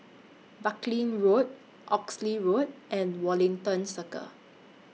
Buckley Road Oxley Road and Wellington Circle